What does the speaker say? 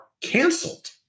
canceled